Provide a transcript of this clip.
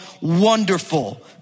Wonderful